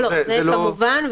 כמובן.